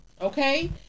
Okay